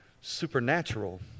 supernatural